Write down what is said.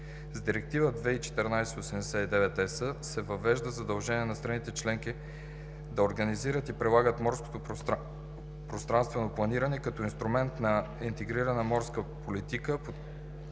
С Директива 2014/89/ЕС се въвежда задължение на страните членки да организират и прилагат морското пространствено планиране като инструмент на Интегрираната морска политика,